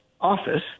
office